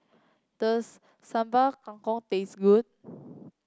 does Sambal Kangkong taste good